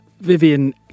Vivian